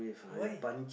why